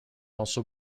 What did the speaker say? also